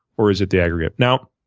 or is it the aggregate? now